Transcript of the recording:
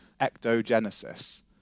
ectogenesis